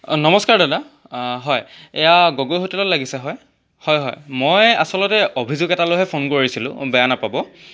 নমস্কাৰ দাদা হয় এয়া গগৈ হোটেলত লাগিছে হয় হয় হয় মই আচলতে অভিযোগ এটা লৈহে ফোন কৰিছিলোঁ অঁ বেয়া নেপাব